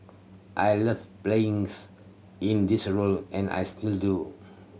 I love playing's in this role and I still do